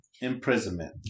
Imprisonment